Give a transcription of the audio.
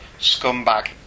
scumbag